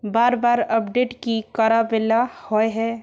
बार बार अपडेट की कराबेला होय है?